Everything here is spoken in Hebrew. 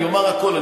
אני אומר הכול,